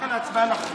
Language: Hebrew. רק להצבעה על החוק.